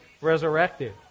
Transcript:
resurrected